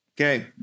Okay